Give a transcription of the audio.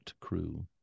crew